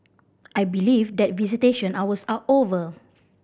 I believe that visitation hours are over